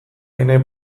ene